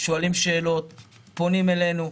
שואלים שאלות, פונים אלינו.